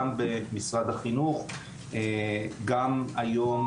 גם במשרד החינוך וגם בכנסת היום,